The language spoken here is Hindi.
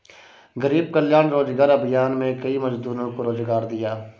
गरीब कल्याण रोजगार अभियान में कई मजदूरों को रोजगार दिया